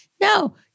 No